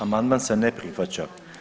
Amandman se ne prihvaća.